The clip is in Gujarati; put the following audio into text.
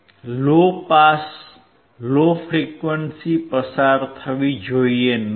તેથી લો પાસ લો ફ્રીક્વંસી પસાર થવી જોઈએ નહીં